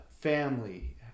family